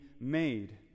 made